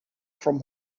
from